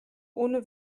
ohne